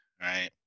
right